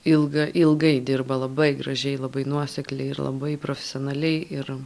ilga ilgai dirba labai gražiai labai nuosekliai ir labai profesionaliai ir